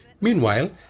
Meanwhile